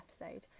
episode